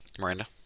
Miranda